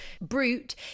brute